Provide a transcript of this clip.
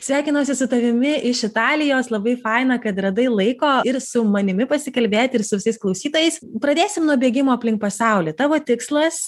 sveikinuosi su tavimi iš italijos labai faina kad radai laiko ir su manimi pasikalbėti ir su visais klausytojais pradėsim nuo bėgimo aplink pasaulį tavo tikslas